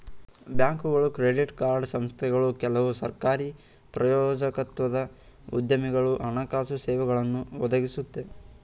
ಬ್ಯಾಂಕ್ಗಳು credit card ಸಂಸ್ಥೆಗಳು ಕೆಲವು ಸರಕಾರಿ ಪ್ರಾಯೋಜಕತ್ವದ ಉದ್ಯಮಗಳು ಹಣಕಾಸು ಸೇವೆಗಳನ್ನು ಒದಗಿಸುತ್ತೆ